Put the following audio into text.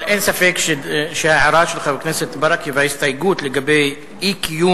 אבל אין ספק שההערה של חבר הכנסת ברכה וההסתייגות לגבי אי-קיום